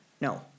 No